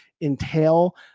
entail